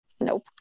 Nope